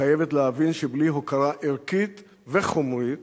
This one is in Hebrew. חייבת להבין שבלי הוקרה ערכית וחומרית